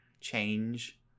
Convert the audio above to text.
change